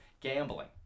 gambling